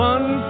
One